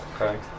Okay